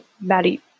Maddie